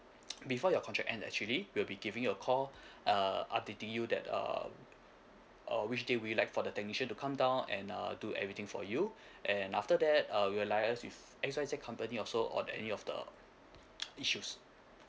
before your contact end actually we'll be giving you a call uh updating you that uh uh which day we'd like for the technician to come down and err do everything for you and after that uh we will liaise with X Y Z company also on any of the issues